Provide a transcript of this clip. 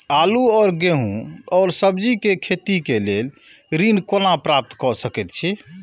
आलू और गेहूं और सब्जी के खेती के लेल ऋण कोना प्राप्त कय सकेत छी?